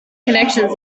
connections